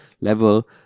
level